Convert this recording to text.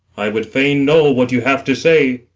i would fain know what you have to say.